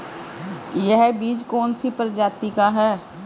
यह बीज कौन सी प्रजाति का है?